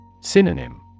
Synonym